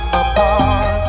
apart